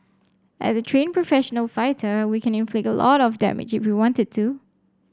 as a trained professional fighter we can inflict a lot of damage if we wanted to